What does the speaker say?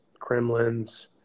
Kremlins